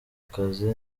kazi